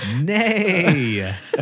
Nay